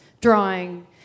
drawing